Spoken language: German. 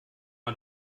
man